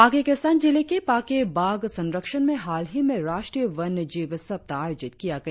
पाके केसांग जिले के पाके बाघ संरक्षण में हालही में राष्ट्रीय वन्यजीव सप्ताह आयोजित किया गया